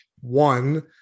one